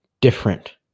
different